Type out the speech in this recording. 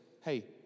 hey